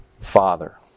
father